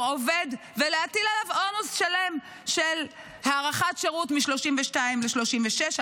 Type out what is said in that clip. עובד ולהטיל עליו עומס שלם של הארכת שירות מ-32 ל-36,